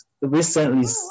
recently